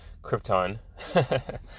krypton